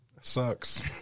Sucks